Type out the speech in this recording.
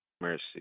Mercy